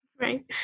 right